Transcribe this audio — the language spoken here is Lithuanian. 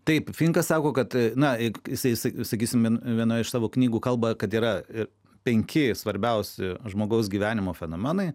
taip finkas sako kad na juk jisai sakysime vienoj iš savo knygų kalba kad yra ir penki svarbiausi žmogaus gyvenimo fenomenai